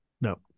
No